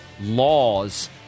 laws